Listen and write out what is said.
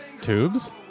Tubes